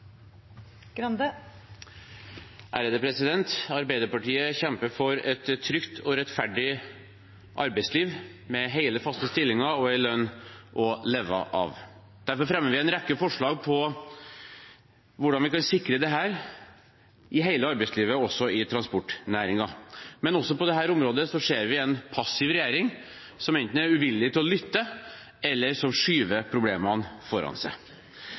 leve av. Derfor fremmer vi en rekke forslag om hvordan vi kan sikre dette i hele arbeidslivet, også i transportnæringen. Men også på dette området ser vi en passiv regjering, som enten ikke er villig til å lytte, eller som skyver problemene foran seg.